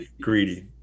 greedy